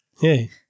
Hey